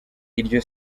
iryo